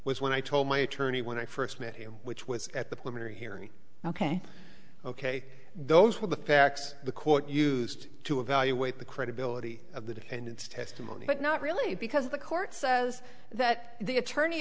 was when i told my attorney when i first met him which was at the pulmonary hearing ok ok those were the facts the court used to evaluate the credibility of the defendant's testimony but not really because the court says that the attorney